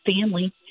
family